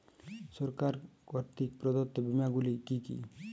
সরকার কর্তৃক প্রদত্ত বিমা গুলি কি কি?